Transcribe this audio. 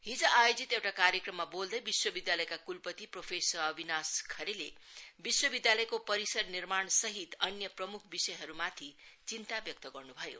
हिज आयोजित एउटा कार्यक्रममा बोल्दै विश्वविद्लययका कूलपति प्रोफेसर अभिनाश खरेले विश्वविद्यालयको परिसर निर्माणसहित अन्य प्रम्ख विषयमाथि चिन्ता व्यक्त गर्न् भयो